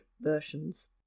versions